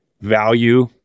value